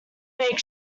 make